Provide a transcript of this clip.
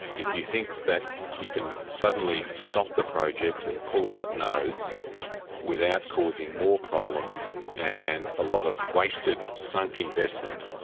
if you think that you can suddenly stop the project and pull out nodes without causing more problems and a lot of wasted, sunk investment,